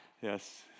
yes